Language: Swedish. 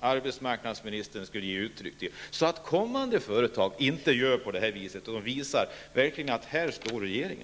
arbetsmarknadsministern skulle ge uttryck för sin indignation och visa var regeringen står, så att andra företag inte gör på detta sätt.